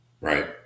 Right